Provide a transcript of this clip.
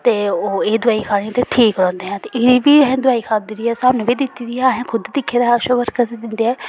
ते ओह् एह् दवाई खानी ते ठीक रौहंदे ऐ ते एह् बी अहें दवाई खाद्धी दी स्हानू बी दित्ती दी ऐ अहें खुद दिक्खे दा ऐ आशा वर्कर दिंदे ऐ